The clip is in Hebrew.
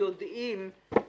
כאן ביקשנו להכניס